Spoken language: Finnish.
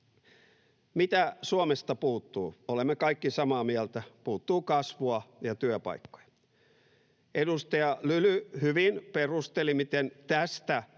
Mitä Suomesta puuttuu? Olemme kaikki samaa mieltä: puuttuu kasvua ja työpaikkoja. Edustaja Lyly hyvin perusteli, miten tästä